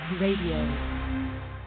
Radio